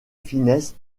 finesse